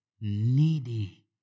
needy